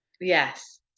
Yes